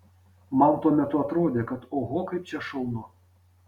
man tuo metu atrodė kad oho kaip čia šaunu